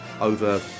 over